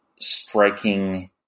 striking